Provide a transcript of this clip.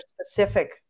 specific